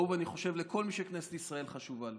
וכאוב, אני חושב, לכל מי שכנסת ישראל חשובה לו.